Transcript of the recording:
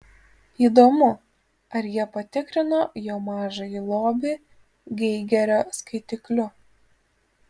įdomu ar jie patikrino jo mažąjį lobį geigerio skaitikliu